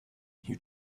you